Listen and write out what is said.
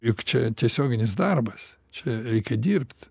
juk čia tiesioginis darbas čia reikia dirbt